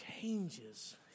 changes